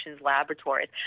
Laboratories